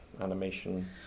animation